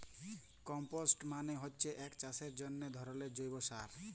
compost মালে হচ্যে এক চাষের জন্হে ধরলের জৈব সার